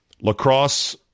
Lacrosse